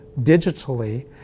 digitally